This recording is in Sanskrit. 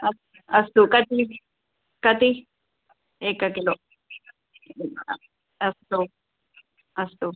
अस् अस्तु कति कति एकं किलो अस्तु अस्तु